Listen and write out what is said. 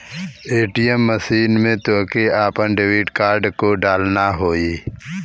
ATM machine में तोहके आपन डेबिट कार्ड को डालना होई